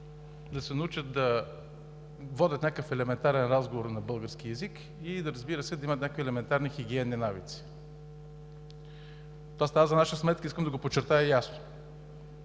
да се научат да водят някакъв елементарен разговор на български език, и, разбира се, да имат някакви елементарни хигиенни навици. Това става за наша сметка. Искам да го подчертая ясно.